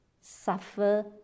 suffer